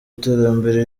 iterambere